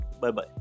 Bye-bye